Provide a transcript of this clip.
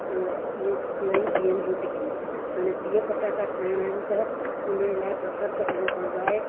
इहे थी वई बिहनि जूं टिकियूं हाणे बीह पटाटा ठाहिणा आहिनि त हुनजे लाइ बसरु कटणो पवंदो आहे